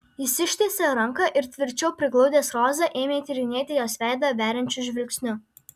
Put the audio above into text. jis ištiesė ranką ir tvirčiau priglaudęs rozą ėmė tyrinėti jos veidą veriančiu žvilgsniu